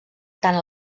tant